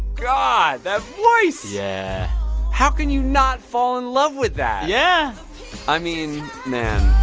god, that voice yeah how can you not fall in love with that? yeah i mean, man